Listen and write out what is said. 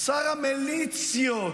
שר המיליציות.